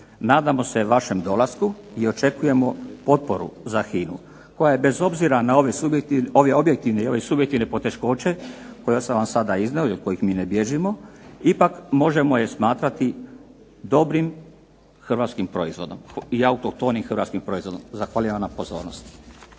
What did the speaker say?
Nadamo se vašem dolasku i očekujemo potporu za HINA-u, koja je bez obzira na ove objektivne i ove subjektivne poteškoće koje sam vam sada iznio, i od kojih mi ne bježimo, ipak možemo je smatrati dobrim hrvatskim proizvodom, i autohtonim hrvatskim proizvodom. Zahvaljujem vam na pozornosti.